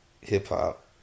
Hip-hop